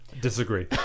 Disagree